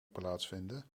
plaatsvinden